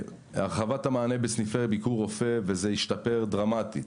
הרחבת המענה בסניפי ביקור רופא זה השתפר דרמטית.